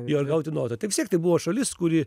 jo ir gauti notą tai vis tiek tai buvo šalis kuri